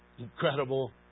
incredible